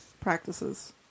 practices